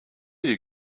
you